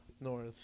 North